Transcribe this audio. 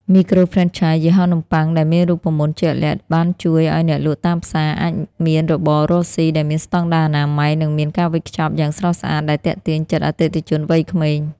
មីក្រូហ្វ្រេនឆាយ យីហោនំបុ័ង ដែលមានរូបមន្តជាក់លាក់ បានជួយឱ្យអ្នកលក់តាមផ្សារអាចមានរបររកស៊ីដែលមានស្ដង់ដារអនាម័យ និងមានការវេចខ្ចប់យ៉ាងស្រស់ស្អាតដែលទាក់ទាញចិត្តអតិថិជនវ័យក្មេង។